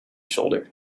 shoulder